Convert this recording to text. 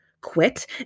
quit